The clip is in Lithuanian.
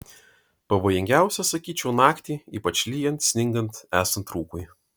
pavojingiausia sakyčiau naktį ypač lyjant sningant esant rūkui